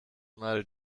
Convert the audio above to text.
mal